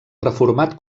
reformat